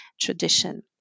tradition